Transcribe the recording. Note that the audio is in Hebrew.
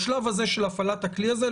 בשלב הזה של הפעלת הכלי הזה,